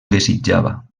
desitjava